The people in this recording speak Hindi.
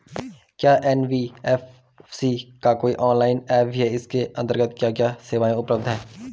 क्या एन.बी.एफ.सी का कोई ऑनलाइन ऐप भी है इसके अन्तर्गत क्या क्या सेवाएँ उपलब्ध हैं?